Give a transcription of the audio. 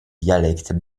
dialectes